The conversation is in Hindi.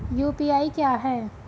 यू.पी.आई क्या है?